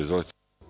Izvolite.